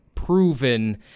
Proven